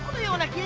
leona,